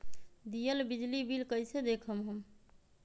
दियल बिजली बिल कइसे देखम हम?